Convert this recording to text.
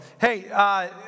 hey